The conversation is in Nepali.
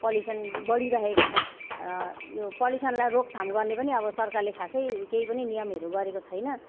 पल्युसन बढिरहेको छ र यो पल्युसनलाई रोकथाम गर्ने पनि अब सरकारले खासै केही पनि नियमहरू गरेको छैन